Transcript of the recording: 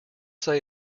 say